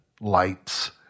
lights